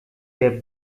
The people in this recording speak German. wer